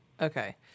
okay